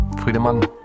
Friedemann